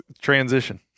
transition